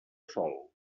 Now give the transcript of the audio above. sol